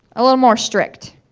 a little more strict.